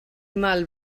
mal